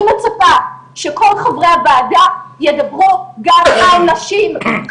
אני מצפה שכל חברי הוועדה ידברו גם על נשים.